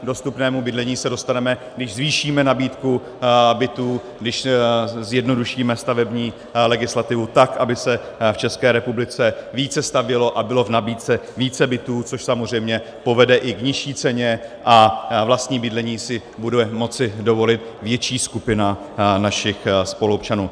K dostupnému bydlení se dostaneme, když zvýšíme nabídku bytů, když zjednodušíme stavební legislativu tak, aby se v České republice více stavělo a bylo v nabídce více bytů, což samozřejmě povede i k nižší ceně a vlastní bydlení si bude moci dovolit větší skupina našich spoluobčanů.